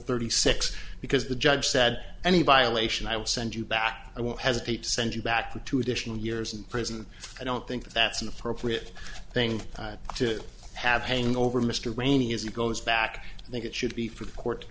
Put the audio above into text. thirty six because the judge said any violation i will send you back i won't hesitate to send you back to two additional years in prison i don't think that's an appropriate thing to have hanging over mr rayney as he goes back i think it should be for the court